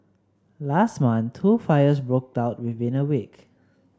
last month two fires broke out within a week